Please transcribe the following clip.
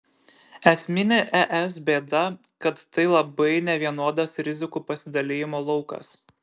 esminė es bėda kad tai labai nevienodas rizikų pasidalijimo laukas